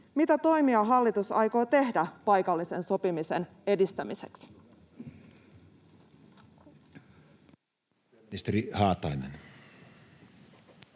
mitä toimia hallitus aikoo tehdä paikallisen sopimisen edistämiseksi?